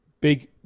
big